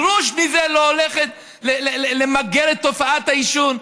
גרוש מזה לא הולך למגר את תופעת העישון.